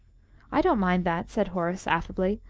i don't mind that, said horace, affably.